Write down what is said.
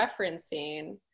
referencing